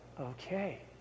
okay